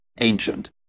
ancient